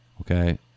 Okay